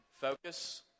Focus